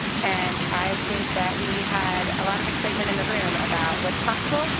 and i think that we had a lot of excitement in the room about what's possible,